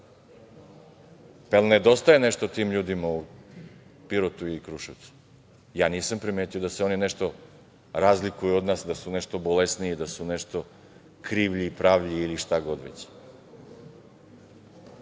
li nedostaje nešto tim ljudima u Pirotu i Kruševcu. Ja nisam primetio da se oni nešto razlikuju od nas, da su nešto bolesniji, da su nešto krivlji, pravlji ili šta god već.